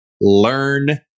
Learn